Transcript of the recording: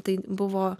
tai buvo